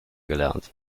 gelernt